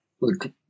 look